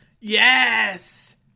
Yes